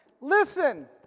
Listen